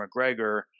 McGregor